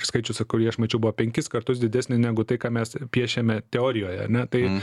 skaičius kurį aš mačiau buvo penkis kartus didesni negu tai ką mes piešiame teorijoje ane tai